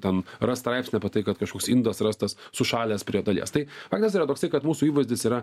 ten ras straipsnį apie tai kad kažkoks indas rastas sušalęs prie dalies tai faktas yra toksai kad mūsų įvaizdis yra